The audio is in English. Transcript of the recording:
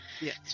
Yes